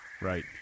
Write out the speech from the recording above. Right